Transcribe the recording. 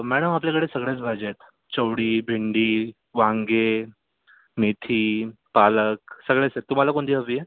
madam आपल्याकडे सगळ्याच भाज्या आहेत चवळी भेंडी वांगे मेथी पालक सगळ्याच आहेत तुम्हाला कोणती हवी आहे